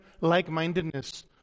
like-mindedness